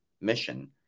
mission